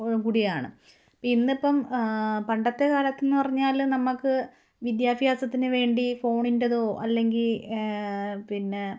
കൂടിയാണ് ഇന്നിപ്പോള് പണ്ടത്തെ കാലത്തെന്നു പറഞ്ഞാള് നമ്മള്ക്കു വിദ്യാഭ്യാസത്തിനുവേണ്ടി ഫോണിന്റേതോ അല്ലെങ്കില് ആ പിന്നെ